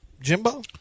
Jimbo